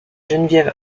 geneviève